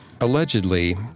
Allegedly